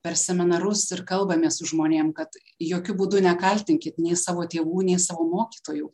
per seminarus ir kalbamės su žmonėm kad jokiu būdu nekaltinkit nei savo tėvų nei savo mokytojų